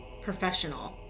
professional